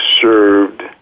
served